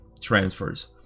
transfers